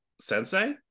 sensei